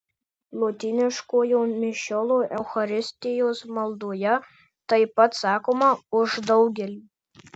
lotyniškojo mišiolo eucharistijos maldoje taip pat sakoma už daugelį